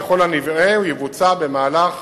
ככל הנראה הוא יבוצע במהלך